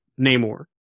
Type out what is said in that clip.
Namor